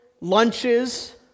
lunches